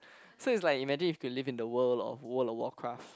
so is like imagine you can live the world of world of world craft